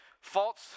False